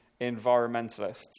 environmentalists